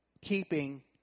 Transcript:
Keeping